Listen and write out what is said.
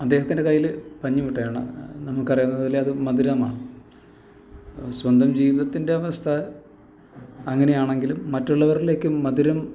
അദ്ദേഹത്തിൻ്റെ കയ്യില് പഞ്ഞിമുട്ടായി ആണ് നമുക്കറിയാവുന്നത് പോലെ അത് മധുരമാണ് സ്വന്തം ജീവിതത്തിൻ്റെ അവസ്ഥ അങ്ങനെയാണെങ്കിലും മറ്റുള്ളവരിലേക്കും മധുരം